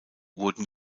wurden